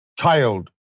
child